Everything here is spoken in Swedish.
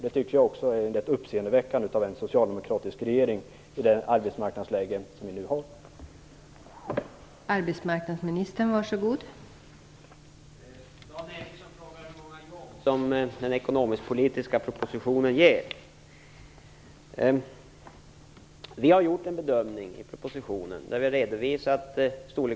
Det tycker jag är uppseendeväckande av en socialdemokratisk regering i det arbetsmarknadsläge som vi nu befinner oss i.